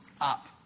up